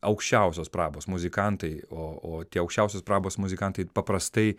aukščiausios prabos muzikantai o o tie aukščiausios prabos muzikantai paprastai